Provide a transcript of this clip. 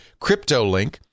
CryptoLink